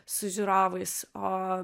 su žiūrovais o